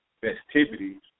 festivities